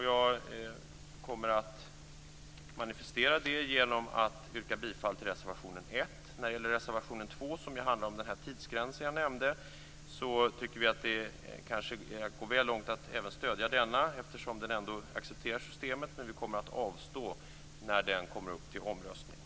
Jag kommer att manifestera det genom att yrka bifall till reservation 1. När det gäller reservation 2, som handlar om den tidsgräns jag nämnde, tycker vi att det kanske är att gå väl långt att stödja även denna, eftersom det innebär att man accepterar systemet. Vi kommer att avstå när den kommer upp till omröstning. Tack!